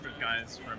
guys